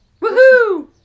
Woohoo